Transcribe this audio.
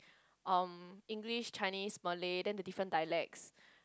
um English Chinese Malay then the different dialects